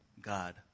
God